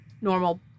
normal